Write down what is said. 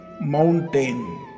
mountain